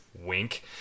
Wink